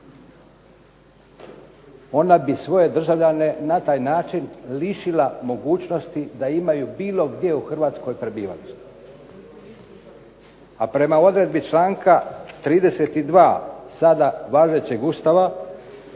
Ona bi svoje državljane na taj način lišila mogućnosti da imaju bilo gdje u Hrvatskoj prebivalište. A prema odredbi članka 32. sada važećeg Ustava